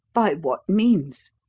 by what means?